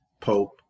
Pope